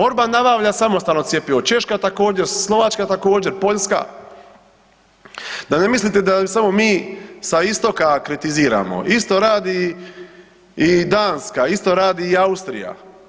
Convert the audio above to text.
Orban nabavlja samostalno cjepivo, Češka također, Slovačka također, Poljska, da ne mislite da samo mi sa istoka kritiziramo, isto radi i Danska, isto radi i Austrija.